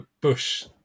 Bush